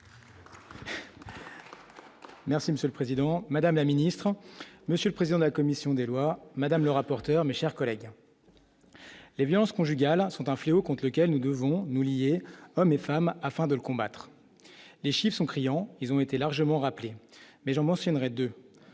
Merci Monsieur le Président, Madame la Ministre, Monsieur le président de la commission des lois Madame le rapporteur, mes chers collègues, les violences conjugales sont un fléau contre lequel nous devons nous lier, hommes et femmes afin de combattre les chiffre sont criants, ils ont été largement rappelée, mais Jean mentionnerait de